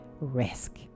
risk